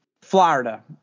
Florida